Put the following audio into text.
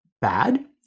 bad